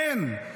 אין.